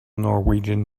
norwegian